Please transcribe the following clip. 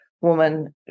woman